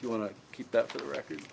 you want to keep that for the record